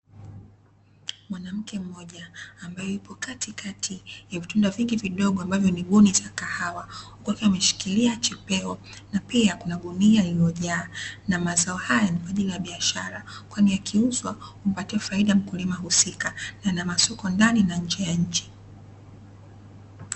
Mwanamke mmoja ambaye yupo katikati ya vitunda vingi vidogo, ambavyo ni buni za kahawa, huku akiwa ameshikilia chepeo na pia kuna gunia iliyojaa, na mazao hayo ni kwaajili ya biashara, kwani yakiuzwa humpatia faida mkulima husika na ina masoko ndani na nje ya nchi.